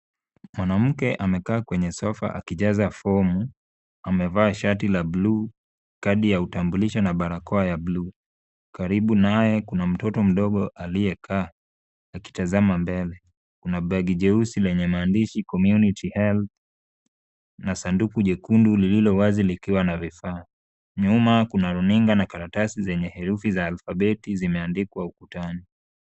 Mwanamke amekaa kwenye sofa kikijaza fomu. Amevaa shati la bluu, kadi ya utambulisho na barakoa ya bluu. Karibu naye, kuna mtoto mdogo aliye kaa, akitazama mbele. Kuna begi jeusi lenye maandishi Community Health na sanduku jekundu lililo wazi likiwa na vifaa. Nyuma kuna runinga na karatasi zenye herufi za alfabeti zimeandikwa ukutani.